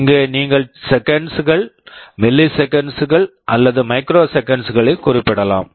இங்கே நீங்கள் seconds seconds கள் மில்லிசெகண்ட்ஸ் milliseconds கள் அல்லது மைக்ரோசெகண்ட்ஸ் microseconds களில் குறிப்பிடலாம்